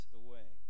away